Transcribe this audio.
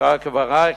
"מבחר קברייך",